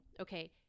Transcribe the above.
okay